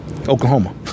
Oklahoma